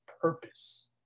purpose